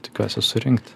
tikiuosi surinkt